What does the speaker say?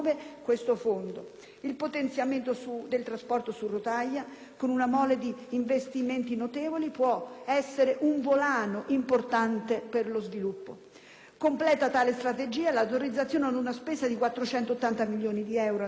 Il potenziamento del trasporto su rotaia, poi, con una mole di investimenti notevole, può essere un volano importante per lo sviluppo. Completa tale strategia l'autorizzazione ad una spesa di 480 milioni di euro all'anno, per tre anni,